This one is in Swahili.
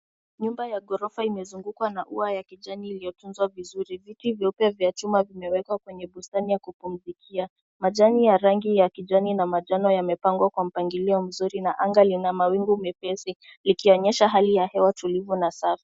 Nyumba ya ghorofa imezungukwa na ua ya kijani iliyotunzwa vizuri. Viti vieupe vya chuma vimewekwa kwenye bustani ya kupumzikia. Majani ya rangi ya kijani na manjano yamepangwa kwa mpangilio mzuri, na anga lina mawingu mepesi, likionyesha hali ya utulivu na safi.